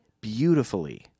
beautifully